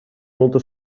molta